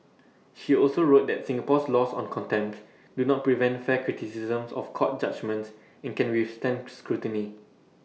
she also wrote that Singapore's laws on contempt do not prevent fair criticisms of court judgements and can withstand scrutiny